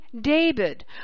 David